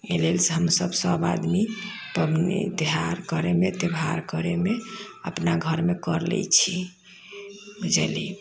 allele हमसब सब आदमी पबनी त्यौहार करै मे त्यौहार करै मे अपना घरमे कर लै छी बुझली